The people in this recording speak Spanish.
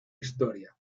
historia